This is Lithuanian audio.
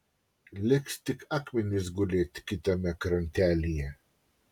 liks tik akmenys gulėt kitam krantelyje